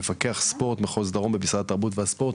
מפקח מחוז ספורט דרום ממשרד התרבות והספורט,